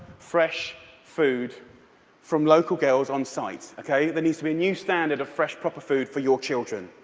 fresh food from local growers on site, ok? there needs to be a new standard of fresh, proper food for your children,